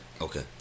Okay